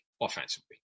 offensively